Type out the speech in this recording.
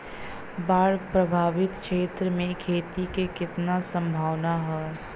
बाढ़ प्रभावित क्षेत्र में खेती क कितना सम्भावना हैं?